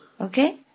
okay